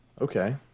Okay